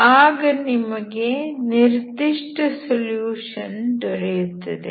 ಆಗ ನಿಮಗೆ ನಿರ್ದಿಷ್ಟ ಸೊಲ್ಯೂಷನ್ ದೊರೆಯುತ್ತದೆ